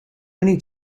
many